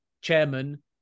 chairman